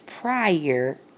prior